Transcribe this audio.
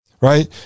Right